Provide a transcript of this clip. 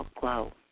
glow